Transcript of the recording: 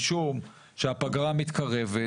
משום שהפגרה מתקרבת